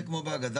בבקשה.